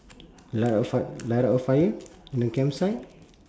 light a fi~ light a fire in the campsite